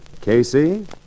Casey